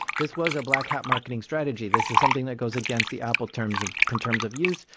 this was a black hat marketing strategy. this is something that goes against the apple terms of terms of use.